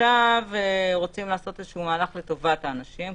עכשיו רוצים לעשות מהלך לטובת האנשים,